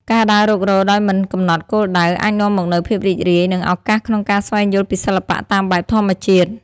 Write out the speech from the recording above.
ការដើររុករកដោយមិនកំណត់គោលដៅ អាចនាំមកនូវភាពរីករាយ និងឱកាសក្នុងការស្វែងយល់ពីសិល្បៈតាមបែបធម្មជាតិ។